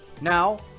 Now